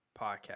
podcast